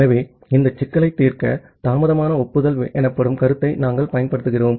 ஆகவே இந்த சிக்கலை தீர்க்க தாமதமான ஒப்புதல் எனப்படும் கருத்தை நாம் பயன்படுத்துகிறது